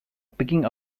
picking